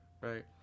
right